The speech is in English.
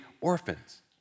orphans